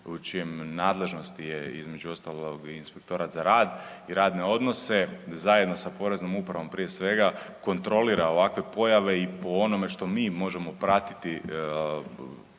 u čijem nadležnosti je, između ostalog i Inspektorat za rad i radne odnose, zajedno sa Poreznom upravom, prije svega, kontrolira ovakve pojave i po onome što mi možemo pratiti